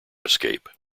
escape